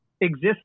exist